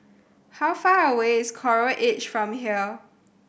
how far away is Coral Edge from here